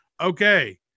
Okay